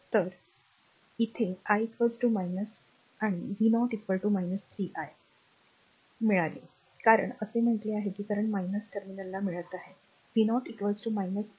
तर इथे i आणि v0 3 i मिळाले कारण असे म्हटले आहे की करंट टर्मिनलला मिळत आहे v0 3 i